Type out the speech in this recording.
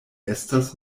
estas